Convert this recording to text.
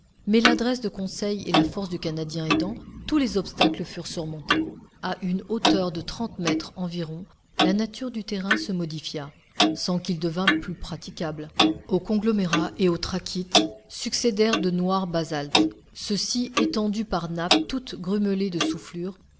mais l'adresse de conseil et la force du canadien aidant tous les obstacles furent surmontés a une hauteur de trente mètres environ la nature du terrain se modifia sans qu'il devînt plus praticable aux conglomérats et aux trachytes succédèrent de noirs basaltes ceux-ci étendus par nappes toutes grumelées de soufflures